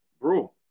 bro